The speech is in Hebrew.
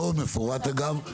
מאוד מפורט אגב.